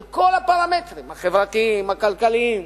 על כל הפרמטרים, החברתיים, הכלכליים?